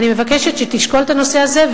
אני מבקשת שתשקול את הנושא הזה,